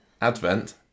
advent